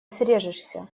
срежешься